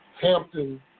Hampton